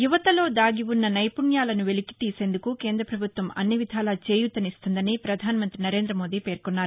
యువతలో దాగివున్న నైపుణ్యాన్ని వెలికితీసేందుకు కేంద్ర ప్రభుత్వం అన్ని విధాలా చేయూతనిస్తుందని ప్రధాన మంత్రి నరేంద్రమోదీ పేర్కొన్నారు